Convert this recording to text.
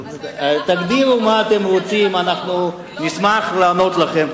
תגדירו מה אתם רוצים, נשמח לענות לכם.